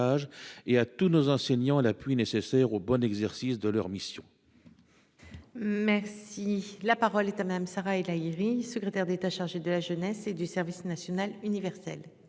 et à tous nos enseignants la pluie nécessaire au bon exercice de leur mission. Merci la parole est à madame Sarah El Haïry, secrétaire d'État chargée de la jeunesse et du service national universel.